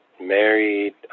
married